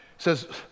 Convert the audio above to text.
says